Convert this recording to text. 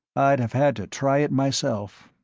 i'd have had to try it myself.